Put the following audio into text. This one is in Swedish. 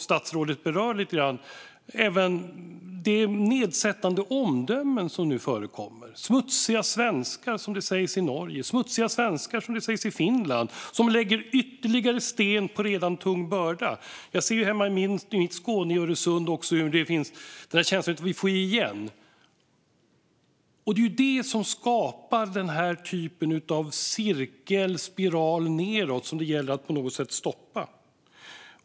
Statsrådet berör också de nedsättande omdömen som nu förekommer. Smutsiga svenskar, sägs det i Norge. Smutsiga svenskar, sägs det i Finland. Det lägger ytterligare sten på redan tung börda. Hemma i mitt Skåne, vid Öresund, får jag också känslan att vi får igen. Det skapar en nedåtgående spiral som det gäller att stoppa på något sätt.